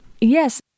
Yes